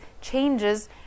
changes